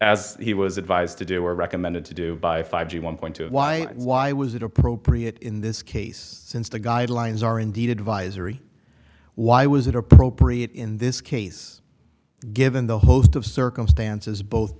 as he was advised to do or recommended to do by five to one point two why why was it appropriate in this case since the guidelines are indeed advisory why was it appropriate in this case given the host of circumstances both